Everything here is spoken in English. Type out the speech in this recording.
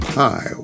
Hi